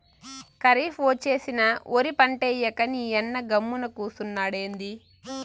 కరీఫ్ ఒచ్చేసినా ఒరి పంటేయ్యక నీయన్న గమ్మున కూసున్నాడెంది